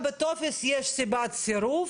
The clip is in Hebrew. אני ממש בטוח,